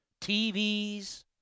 TVs